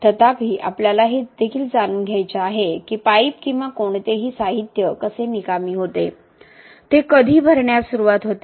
तथापि आपल्याला हे देखील जाणून घ्यायचे आहे की हे पाईप किंवा कोणतेही साहित्य कसे निकामी होते ते कधी भरण्यास सुरवात होते